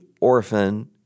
orphan